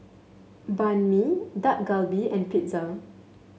Banh Mi Dak Galbi and Pizza